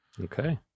okay